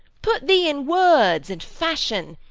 put thee in words and fashion,